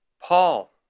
Paul